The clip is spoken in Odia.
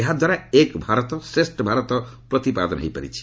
ଏହାଦ୍ୱାରା ଏକ ଭାରତ ଶ୍ରେଷ୍ଠ ଭାରତ ପ୍ରତିପାଦନ ହୋଇପାରିଛି